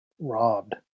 robbed